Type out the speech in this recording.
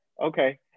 okay